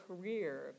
career